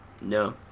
No